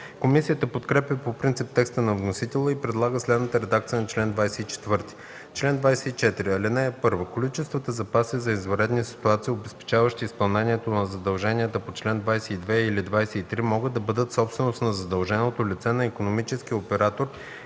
Комисията подкрепя по принцип текста на вносителя и предлага следната редакция на чл. 24: „Чл. 24. (1) Количествата запаси за извънредни ситуации, обезпечаващи изпълнението на задълженията по чл. 22 или 23, могат да бъдат собственост на задълженото лице, на икономическия оператор или на